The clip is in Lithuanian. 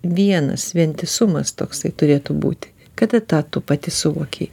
vienas vientisumas toksai turėtų būti kad tą tu pati suvokei